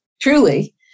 Truly